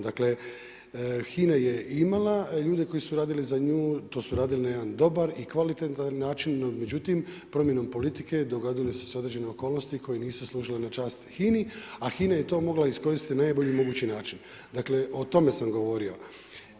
Dakle HINA je imala ljude koji su radili za nju, to su radili na jedan dobar i kvalitetan način, no međutim promjenom politike dogodile su se određene okolnosti koje nisu služile na čast HINA-i, a HINA je to mogla iskoristiti na najbolji mogući način, o tome sam govorio.